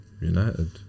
United